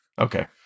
Okay